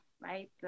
right